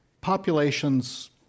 populations